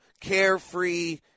carefree